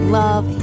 love